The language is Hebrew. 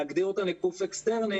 להגדיר לגוף אקסטרני,